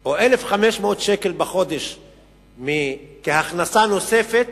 או 1,500 שקל בחודש כהכנסה נוספת,